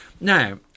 Now